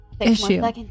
issue